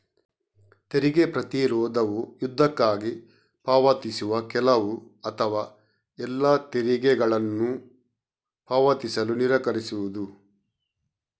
ತೆರಿಗೆ ಪ್ರತಿರೋಧವು ಯುದ್ಧಕ್ಕಾಗಿ ಪಾವತಿಸುವ ಕೆಲವು ಅಥವಾ ಎಲ್ಲಾ ತೆರಿಗೆಗಳನ್ನು ಪಾವತಿಸಲು ನಿರಾಕರಿಸುವುದು